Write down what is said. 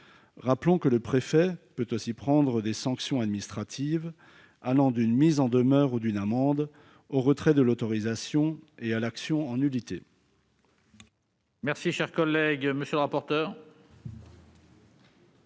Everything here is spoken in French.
Rappelons que le préfet peut aussi prendre des sanctions administratives, allant d'une mise en demeure ou d'une amende au retrait de l'autorisation et à l'action en nullité.